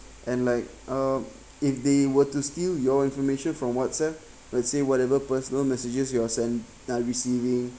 and like uh if they were to steal your information from whatsapp let's say whatever personal messages you're send uh receiving